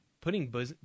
putting